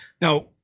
Now